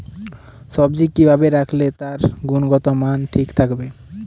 সবজি কি ভাবে রাখলে তার গুনগতমান ঠিক থাকবে?